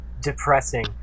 depressing